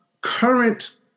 current